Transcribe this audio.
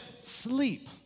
sleep